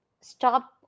stop